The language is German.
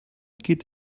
geht